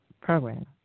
program